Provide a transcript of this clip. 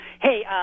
hey